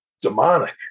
demonic